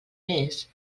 més